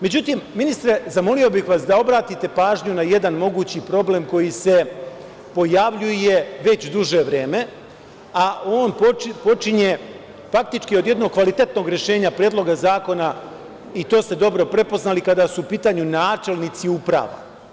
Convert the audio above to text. Međutim, ministre, zamolio bih vas da obratite pažnju na jedan mogući problem koji se pojavljuje već duže vreme, a on počinje faktički od jednog kvalitetnog rešenja Predloga zakona i to ste dobro prepoznali kada su u pitanju načelnici uprava.